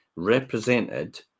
represented